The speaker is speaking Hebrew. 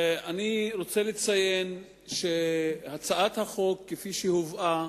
אני רוצה לציין שהצעת החוק כפי שהובאה,